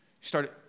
started